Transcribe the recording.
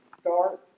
start